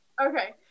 Okay